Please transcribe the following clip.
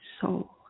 soul